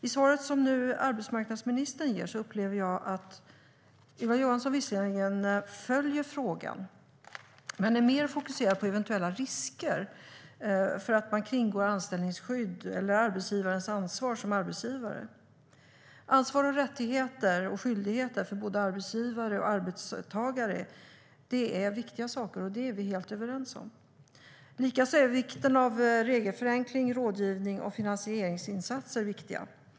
I svaret som arbetsmarknadsministern nu ger upplever jag att Ylva Johansson visserligen följer frågan men att hon är mer fokuserad på eventuella risker för att man kringgår anställningsskydd eller arbetsgivarens ansvar som arbetsgivare. Ansvar och rättigheter och skyldigheter för både arbetsgivare och arbetstagare är viktiga saker; det är vi helt överens om. Likaså är regelförenkling, rådgivning och finansieringsinsatser viktiga.